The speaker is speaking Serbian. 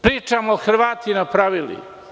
Pričamo Hrvati napravili.